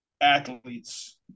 athletes